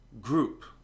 group